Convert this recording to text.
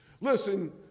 Listen